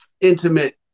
intimate